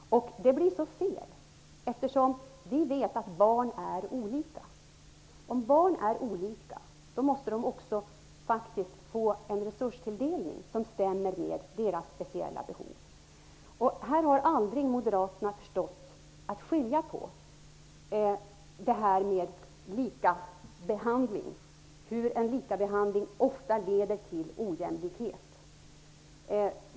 Det blir så fel, eftersom vi vet att barn är olika. Om barn är olika måste de också faktiskt få en resurstilldelning som stämmer med deras speciella behov. Moderaterna har aldrig förstått att lika behandling ofta leder till ojämlikhet.